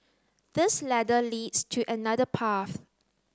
this ladder leads to another path